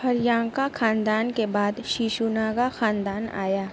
ہریانکا خاندان کے بعد شیشوناگا خاندان آیا